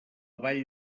vall